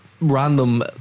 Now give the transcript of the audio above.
random